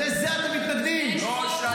זה לא שייך.